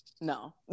no